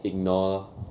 ignore